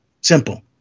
Simple